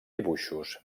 dibuixos